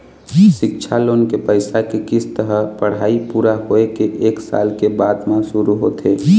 सिक्छा लोन के पइसा के किस्त ह पढ़ाई पूरा होए के एक साल के बाद म शुरू होथे